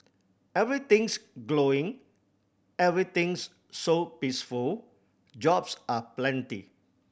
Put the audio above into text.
everything's glowing everything's so peaceful jobs are plenty